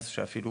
אז שאפילו